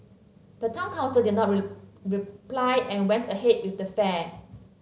the town council did not reply and went ahead with the fair